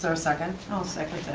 so second? i'll second